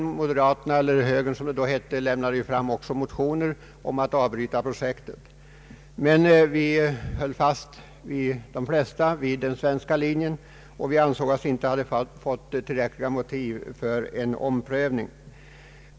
Högern, som partiet då hette, väckte motioner om att man skulle avbryta projektet. Men de flesta av oss höll fast vid den svenska linjen; vi ansåg oss inte ha fått tillräckliga motiv för en omprövning.